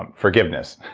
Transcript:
um forgiveness,